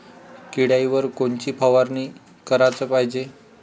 किड्याइवर कोनची फवारनी कराच पायजे?